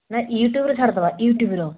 ନା ୟୁଟ୍ୟୁବ୍ ର ଛାଡ଼ିଦେବା ୟୁଟ୍ୟୁବ୍ ର